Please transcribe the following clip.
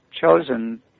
chosen